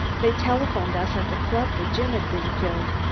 they telephoned us at the club that jim had been killed,